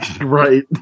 right